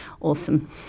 Awesome